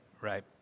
right